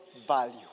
value